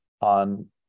on